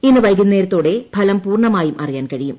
ഇന്ന് വൈകുന്നേരത്തോടെ ഫലം പൂർണ്ണമായും അറിയാൻ കഴിയും